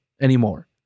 anymore